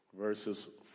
verses